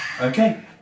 Okay